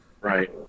Right